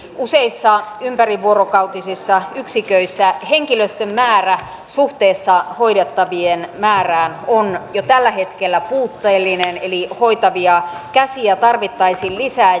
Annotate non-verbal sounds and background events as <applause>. useissa ympärivuorokautisissa yksiköissä henkilöstön määrä suhteessa hoidettavien määrään on jo tällä hetkellä puutteellinen eli hoitavia käsiä tarvittaisiin lisää <unintelligible>